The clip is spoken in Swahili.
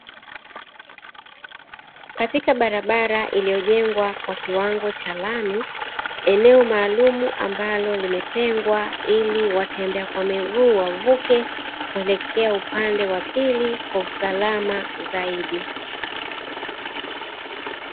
Katika barabara iliyojengwa kwa kiwango cha lami. Eneo maalumu, ambalo limetengwa ili watembea kwa miguu wavuke. Kuelekea upande wa pili kwa usalama zaidi.